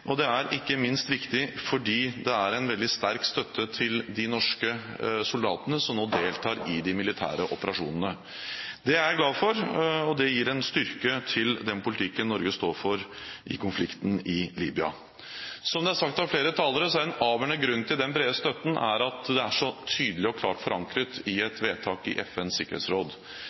og det er ikke minst viktig fordi det er en veldig sterk støtte til de norske soldatene som nå deltar i de militære operasjonene. Det er jeg glad for, og det gir en styrke til den politikken Norge står for i konflikten i Libya. Som det er sagt av flere talere, er en avgjørende grunn til den brede støtten at dette er så tydelig og klart forankret i et vedtak i FNs sikkerhetsråd.